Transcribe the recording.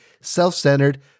self-centered